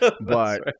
But-